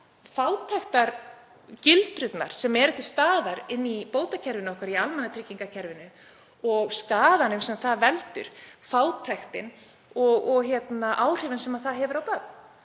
fátæktargildrurnar sem eru til staðar í bótakerfinu okkar, í almannatryggingakerfinu, og skaðann sem það veldur, þ.e. fátækt og áhrifin sem hún hefur á börn.